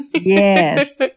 Yes